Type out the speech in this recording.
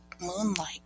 Moonlight